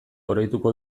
oroituko